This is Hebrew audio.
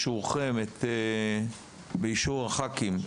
באישור הח"כים,